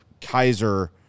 Kaiser